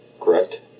correct